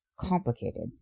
complicated